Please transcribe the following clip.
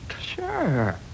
Sure